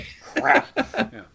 Crap